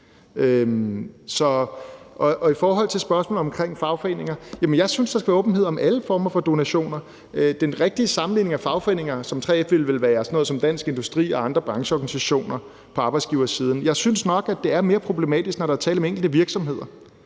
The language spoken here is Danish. I forhold til spørgsmålet omkring fagforeninger vil jeg sige, at jeg synes, der skal være åbenhed om alle former for donationer. Den rigtige sammenligning i forhold til fagforeninger som 3F ville vel være sådan noget som Dansk Industri og andre brancheorganisationer på arbejdsgiversiden. Jeg synes nok, at det er mere problematisk, når der er tale om enkelte virksomheder,